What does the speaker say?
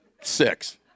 six